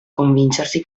convincersi